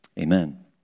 Amen